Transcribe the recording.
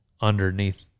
underneath